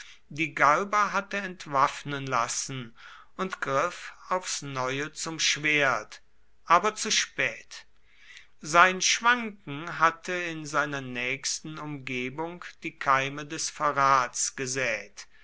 die galba hatte entwaffnen lassen und griff aufs neue zum schwert aber zu spät sein schwanken hatte in seiner nächsten umgebung die keime des verrats gesät